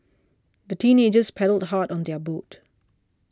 the teenagers paddled hard on their boat